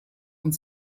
und